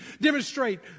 demonstrate